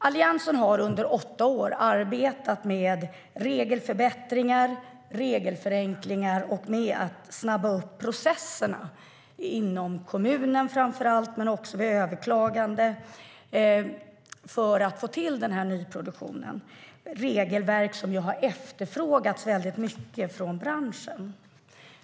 Alliansen har under åtta år arbetat med regelförbättringar och regelförenklingar och med att snabba upp processerna inom kommunen, framför allt, men också vid överklaganden för att få till den här nyproduktionen. Det är regelverk som har efterfrågats mycket från branschen.